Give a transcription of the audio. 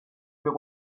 but